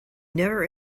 never